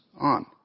on